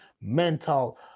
mental